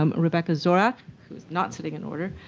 um rebecca zorach who is not sitting in order